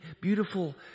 beautiful